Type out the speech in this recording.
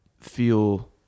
feel